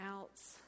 outs